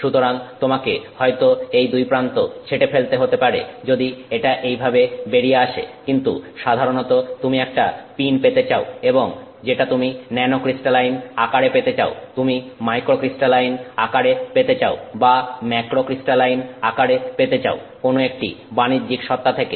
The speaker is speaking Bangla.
সুতরাং তোমাকে হয়তো এই দুই প্রান্ত ছেঁটে ফেলতে হতে পারে যদি এটা এইভাবে বেরিয়ে আসে কিন্তু সাধারণত তুমি একটা পিন পেতে চাও এবং যেটা তুমি ন্যানোক্রিস্টালাইন আকারে পেতে চাও তুমি মাইক্রোক্রিস্টালাইন আকারে পেতে চাও বা ম্যাক্রোক্রিস্টালাইন আকারে পেতে চাও কোন একটি বাণিজ্যিক সত্তা থেকে